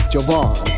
Javon